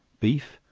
beef,